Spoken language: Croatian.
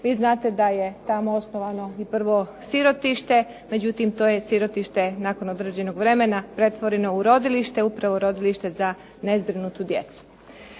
Vi znate da je tamo osnovano i prvo sirotište. Međutim, to je sirotište nakon određenog vremena pretvoreno u rodilište, upravo rodilište za nezbrinutu djecu.